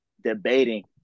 debating